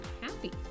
happy